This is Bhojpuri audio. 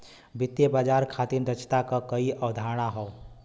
वित्तीय बाजार खातिर दक्षता क कई अवधारणा हौ